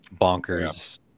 bonkers